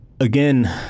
Again